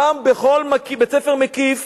פעם בכל בית-ספר מקיף